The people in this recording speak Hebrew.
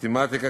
מתמטיקה,